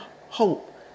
hope